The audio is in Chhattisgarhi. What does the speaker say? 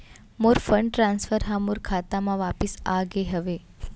मोर फंड ट्रांसफर हा मोर खाता मा वापिस आ गे हवे